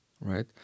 right